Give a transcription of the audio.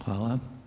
Hvala.